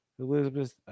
Elizabeth